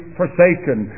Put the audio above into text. forsaken